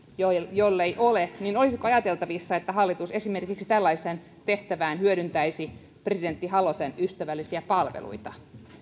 jollei ole niin olisiko ajateltavissa että hallitus esimerkiksi tällaiseen tehtävään hyödyntäisi presidentti halosen ystävällisiä palveluita